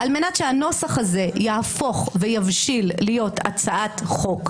על מנת שהנוסח הזה יהפוך ויבשיל להיות הצעת חוק,